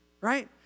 right